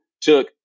took